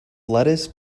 lettuce